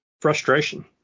frustration